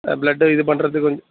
ஆ பிளட்டை இது பண்ணுறதுக்கு